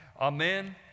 amen